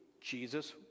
Jesus